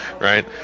right